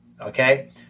okay